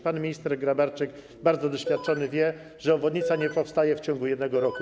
Pan minister Grabarczyk, bardzo doświadczony, wie, że obwodnica nie powstaje w ciągu jednego roku.